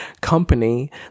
company